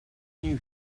new